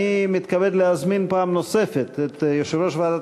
אני מתכבד להזמין פעם נוספת את יושב-ראש ועדת